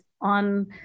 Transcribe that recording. on